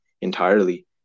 entirely